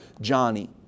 Johnny